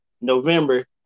November